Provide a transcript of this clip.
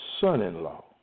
son-in-law